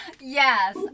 yes